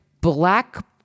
black